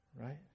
right